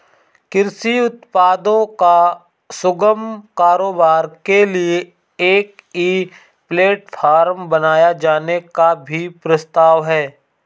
कृषि उत्पादों का सुगम कारोबार के लिए एक ई प्लेटफॉर्म बनाए जाने का भी प्रस्ताव है